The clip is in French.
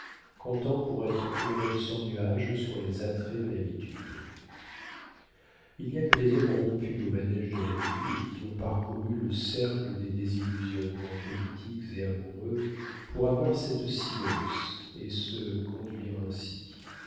comptant pour être heureux sans nuage sur les attraits de l'habitude il n'y a que les hommes rompus au manége de la vie et qui ont parcouru le cercle des désillusionnements politiques et amoureux pour avoir cette science et se conduire ainsi